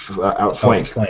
Outflank